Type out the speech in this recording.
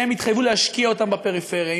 והן התחייבו להשקיע אותם בפריפריה.